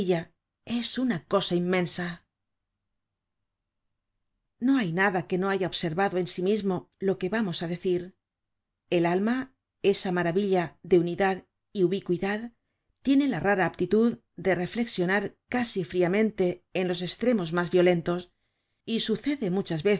es una cosa inmensa no hay nada que no haya observado en sí mismo lo que vamos á decir el alma esa maravilla de unidad y ubicuidad tiene la rara aptitud de reflexionar casi friamente en los estremos mas violentos y sucede muchas